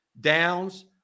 downs